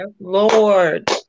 Lord